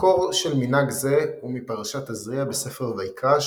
מקורו של מנהג זה הוא מפרשת תזריע בספר ויקרא,